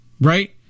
right